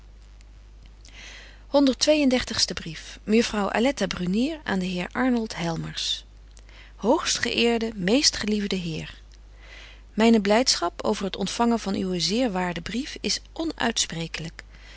dertigste brief mejuffrouw aletta brunier aan den heer arnold helmers hoogst ge eerde meestgeliefde heer myne blydschap over het ontfangen van uwen zeer waarden brief is